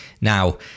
Now